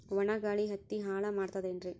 ಒಣಾ ಗಾಳಿ ಹತ್ತಿ ಹಾಳ ಮಾಡತದೇನ್ರಿ?